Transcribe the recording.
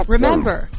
Remember